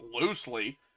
loosely